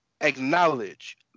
acknowledge